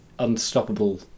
Unstoppable